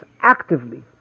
actively